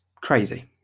crazy